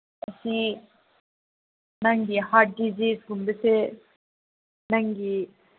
ꯑꯁꯤ ꯅꯪ ꯍꯥꯔꯠ ꯗꯤꯖꯤꯁꯒꯨꯝꯕꯁꯦ ꯅꯪꯒꯤ